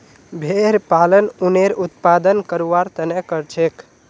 भेड़ पालन उनेर उत्पादन करवार तने करछेक